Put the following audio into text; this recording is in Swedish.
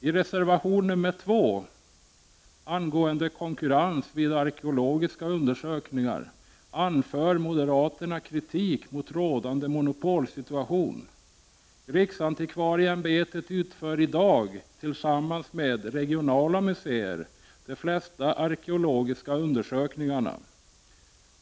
I reservation 2 angående konkurrens vid arkeologiska undersökningar anför moderaterna kritik mot en rådande monopolsituation. Riksantikvarieämbetet utför i dag, tillsammans med regionala museer, de flesta arkeologiska undersökningarna.